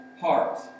heart